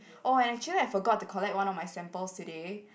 oh and actually I forgot to collect one of my samples today